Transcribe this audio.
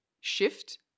shift